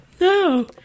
No